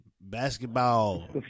Basketball